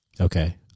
Okay